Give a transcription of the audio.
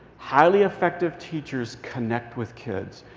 highly effective teachers connect with kids.